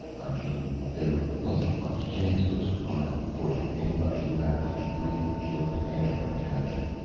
mean there wasn't much chance for surviving, for anybody who happened to be breathing the open air when it happened.